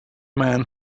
man